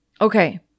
Okay